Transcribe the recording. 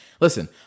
listen